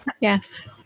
Yes